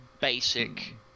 basic